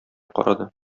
карады